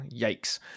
yikes